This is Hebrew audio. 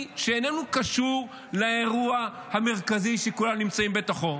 שאיננו קשור לאירוע המרכזי שכולנו נמצאים בתוכו.